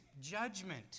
judgment